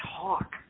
talk